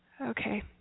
okay